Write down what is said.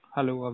Hello